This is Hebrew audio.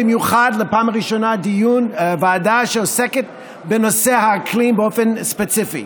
במיוחד בפעם הראשונה דיון בוועדה שעוסקת בנושא האקלים באופן ספציפי.